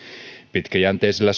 pitkäjänteisellä